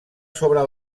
sobre